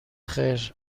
خیر